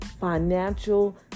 financial